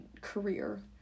career